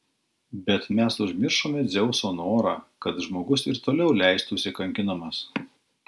bet mes užmiršome dzeuso norą kad žmogus ir toliau leistųsi kankinamas